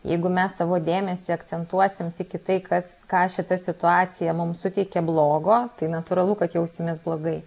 jeigu mes savo dėmesį akcentuosim tik į tai kas ką šita situacija mum suteikia blogo tai natūralu kad jausimės blogai